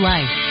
Life